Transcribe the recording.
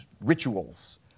rituals